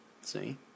See